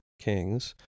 Kings